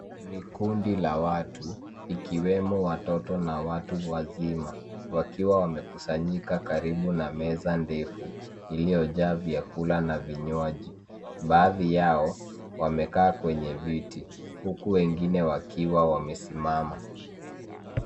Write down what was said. Ni kundi la watu ikiwemo watoto na watu wazima. Wakiwa wamekusanyika karibu na meza ndefu. Iliyojaa vyakula na vinywaji. Baadhi yao wamekaa kwenye viti, huku wengine wakiwa wamesimama.